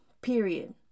period